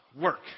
work